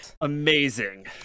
Amazing